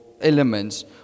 elements